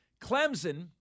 Clemson